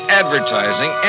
advertising